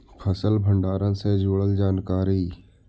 फसल भंडारन से जुड़ल जानकारी?